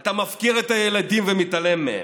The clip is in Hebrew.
אתה מפקיר את הילדים ומתעלם מהם,